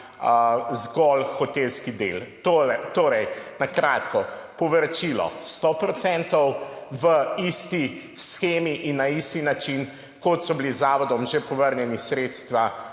zgolj hotelski del. Torej, na kratko, povračilo 100 % v isti shemi in na isti način, kot so bila zavodom že povrnjena sredstva